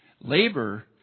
Labor